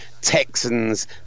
Texans